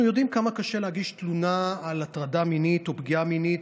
אנחנו יודעים כמה קשה להגיש תלונה על הטרדה מינית או פגיעה מינית,